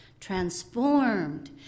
transformed